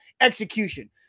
execution